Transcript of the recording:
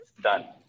done